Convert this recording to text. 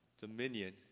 dominion